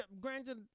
granted